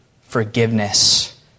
forgiveness